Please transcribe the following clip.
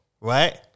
Right